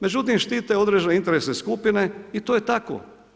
Međutim štite određene interesne skupine i to je tako.